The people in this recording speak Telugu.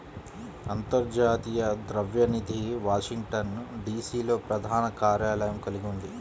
అంతర్జాతీయ ద్రవ్య నిధి వాషింగ్టన్, డి.సి.లో ప్రధాన కార్యాలయం కలిగి ఉంది